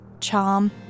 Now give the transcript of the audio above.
charm